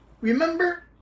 Remember